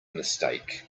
mistake